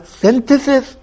synthesis